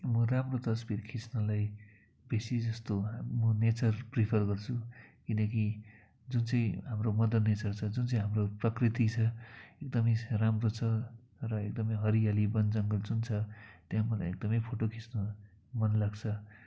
म राम्रो तस्विर खिच्नलाई बेसी जस्तो म नेचर प्रिफर गर्छु किनकि जुन चाहिँ हाम्रो मदर नेचर छ जुन चाहिँ हाम्रो प्रकृति छ एकदमै राम्रो छ र एकदमै हरियाली वन जङ्गल जुन छ त्यहाँ पनि एकदमै फोटो खिच्नु मन लाग्छ